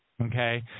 okay